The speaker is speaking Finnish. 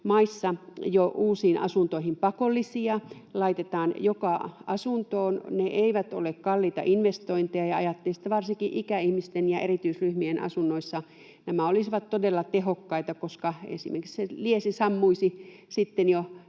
maissa jo uusiin asuntoihin pakollisia, sellainen laitetaan joka asuntoon. Ne eivät ole kalliita investointeja, ja ajattelisin, että varsinkin ikäihmisten ja erityisryhmien asunnoissa nämä olisivat todella tehokkaita, koska esimerkiksi se liesi sammuisi sitten jo